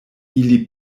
ili